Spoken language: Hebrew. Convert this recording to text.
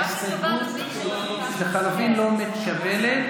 ההסתייגות לחלופין לא מתקבלת.